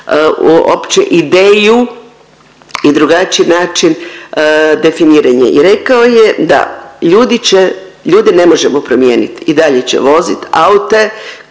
uopće ideju i drugačiji način definiranja i rekao je da ljudi će, ljude ne možemo promijenit i dalje će vozit aute